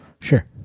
Sure